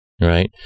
right